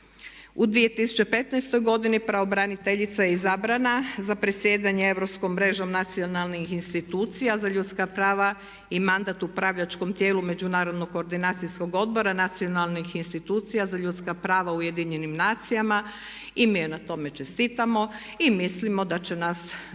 U 2015. godini pravobraniteljica je izabrana za predsjedanje Europskom mrežom nacionalnih institucija za ljudska prava i mandat u upravljačkom tijelu međunarodno koordinacijskog odbora, nacionalnih institucija za ljudska prava u Ujedinjenim nacijama i mi joj na tome čestitamo i mislimo da će nas za vrijeme